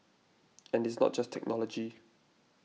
and it's not just technology